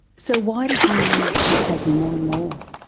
so why did you keep taking more and more?